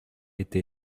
été